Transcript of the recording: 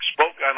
Spoke